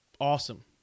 awesome